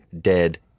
dead